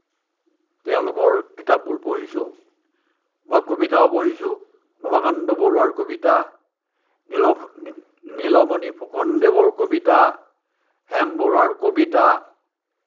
তেওঁলোকৰ কিতাপবোৰ পঢ়িছোঁ মই কবিতাও পঢ়িছোঁ নৱকান্ত বৰুৱাৰ কবিতা নীলমণি ফুকনদেৱৰ কবিতা হেম বৰুৱাৰ কবিতা